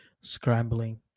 scrambling